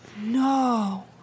No